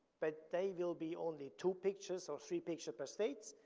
but they will be only two pictures or three picture per states,